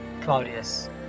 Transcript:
Claudius